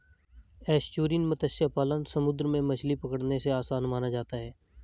estuarine मत्स्य पालन समुंदर में मछली पकड़ने से आसान माना जाता है